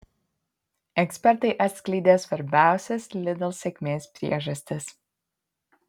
ekspertai atskleidė svarbiausias lidl sėkmės priežastis